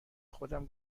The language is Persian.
خودم